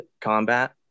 combat